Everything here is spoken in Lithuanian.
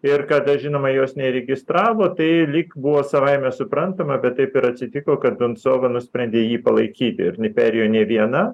ir kada žinoma jos neregistravo tai lyg buvo savaime suprantama bet taip ir atsitiko kad binsova nusprendė jį palaikyti ir jinai neperėjo ne viena